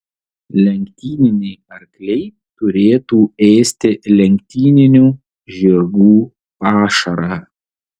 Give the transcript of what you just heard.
lenktyniniai arkliai turėtų ėsti lenktyninių žirgų pašarą